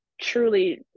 truly